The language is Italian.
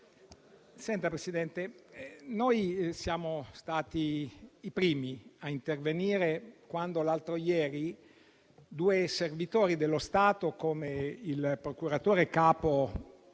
Signor Presidente, noi siamo stati i primi a intervenire quando l'altro ieri due servitori dello Stato come il procuratore capo